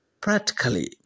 practically